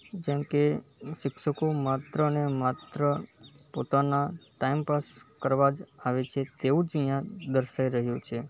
જેમ કે શિક્ષકો માત્રને માત્ર પોતાનાં ટાઈમ પાસ કરવા જ આવે છે તેવું જ અહીંયા દર્શાવી રહ્યું છે